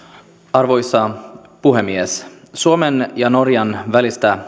arvoisa puhemies suomen ja norjan välistä